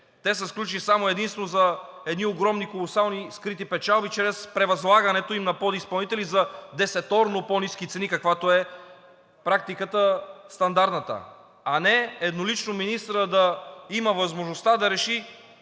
те са сключени само и единствено за едни огромни, колосални, скрити печалби чрез превъзлагането им на подизпълнители на десеторно по-ниски цени, каквато е стандартната практика. А не еднолично министърът да има възможността да реши